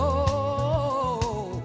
oh